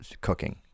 cooking